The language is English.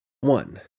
One